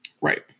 Right